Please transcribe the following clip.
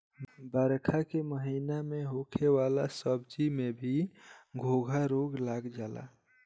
बरखा के महिना में होखे वाला सब्जी में भी घोघा रोग लाग जाला